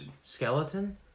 skeleton